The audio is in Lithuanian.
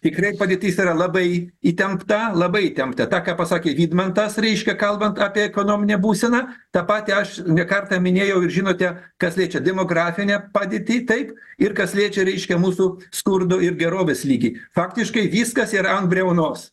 tikrai padėtis yra labai įtempta labai įtempta tą ką pasakė vidmantas reiškia kalbant apie ekonominę būseną ta pati aš ne kartą minėjau ir žinote kas liečia demografinę padėtį taip ir kas liečia reiškia mūsų skurdo ir gerovės lygį faktiškai viskas yra ant briaunos